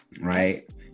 right